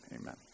Amen